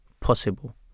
possible